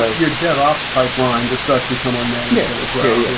ah your devops pipeline just starts become unmanageable as well yeah.